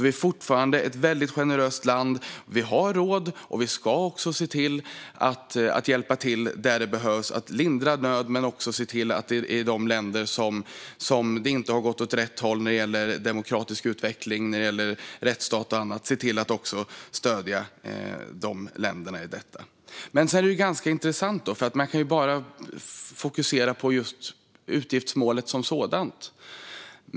Vi har råd att vara generösa, och vi ska hjälpa till där det behövs för att lindra nöd men också stödja arbetet för demokrati och rättsstat i de länder där utvecklingen gått åt fel håll. Visst kan man välja att bara fokusera på utgiftsmålet som sådant.